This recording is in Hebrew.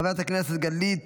חברת הכנסת גלית